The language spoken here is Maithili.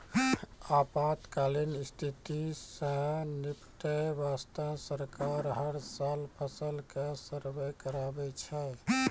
आपातकालीन स्थिति सॅ निपटै वास्तॅ सरकार हर साल फसल के सर्वें कराबै छै